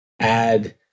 add